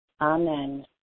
Amen